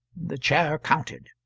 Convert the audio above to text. the chair counted.